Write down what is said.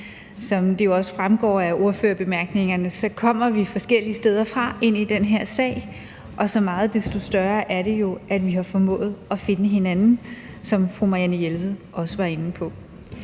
Som det jo også fremgår af ordførerbemærkningerne, kommer vi forskellige steder fra ind i den her sag, og så meget desto større er det jo, at vi har formået at finde hinanden, hvilket fru Marianne Jelved også var inde på.